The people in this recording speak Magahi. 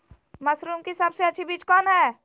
मशरूम की सबसे अच्छी बीज कौन सी है?